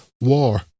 War